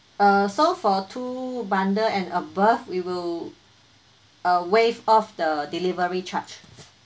uh so for two bundle and above we will uh waive off the delivery charge